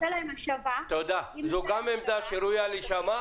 זאת גם עמדה שראויה להישמע.